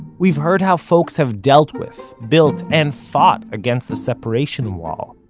we've heard how folks have dealt with, built and fought against the separation wall,